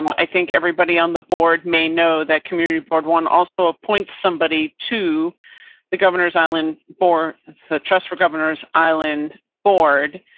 i think everybody on the board may know that community board one also ah point somebody to the governor's island for the trust for governor's island board.